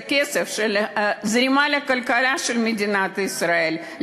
זה כסף לזרימה לכלכלה של מדינת ישראל,